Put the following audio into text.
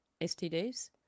STDs